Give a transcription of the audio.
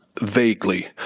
vaguely